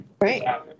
Right